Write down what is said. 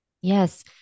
Yes